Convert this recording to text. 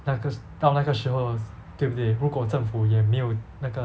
那个到那个时候对不对如果政府也没有那个